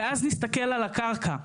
ואז נסתכל על הקרקע,